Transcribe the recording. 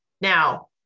Now